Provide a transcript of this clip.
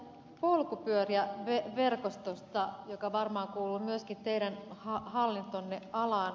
kysyn teiltä polkupyöräverkostosta joka varmaan kuuluu myöskin teidän hallintonne alaan